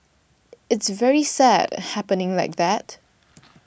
it's very sad happening like that